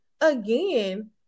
again